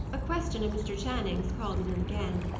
a question of mr. channing's called it in again.